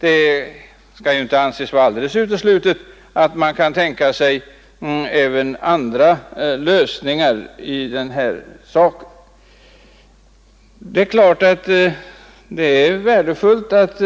Det kan inte anses vara alldeles uteslutet att tänka sig även andra lösningar. Visst är det värdefullt att